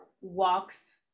walks